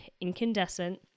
incandescent